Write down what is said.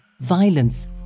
violence